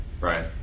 right